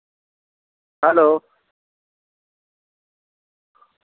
hello